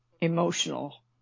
emotional